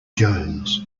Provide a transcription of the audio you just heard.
jones